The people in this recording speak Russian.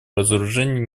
разоружения